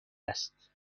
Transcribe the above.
است